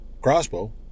crossbow